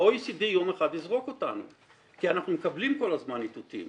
ה-OECD יום אחד יזרוק אותנו כי אנחנו מקבלים כל הזמן איתותים